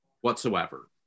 whatsoever